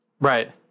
Right